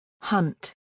Hunt